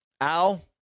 Al